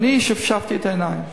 ואני שפשפתי את העיניים,